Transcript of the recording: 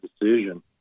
decision